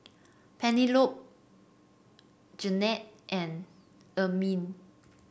Penelope Garnett and Ermine